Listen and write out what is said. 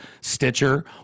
Stitcher